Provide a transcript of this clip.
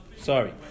Sorry